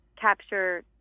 capture